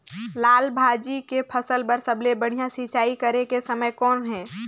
लाल भाजी के फसल बर सबले बढ़िया सिंचाई करे के समय कौन हे?